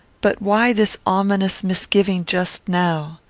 but why this ominous misgiving just now?